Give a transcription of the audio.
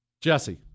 Jesse